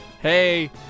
hey